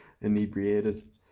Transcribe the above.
inebriated